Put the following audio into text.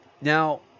Now